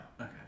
Okay